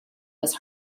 was